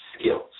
skills